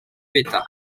beta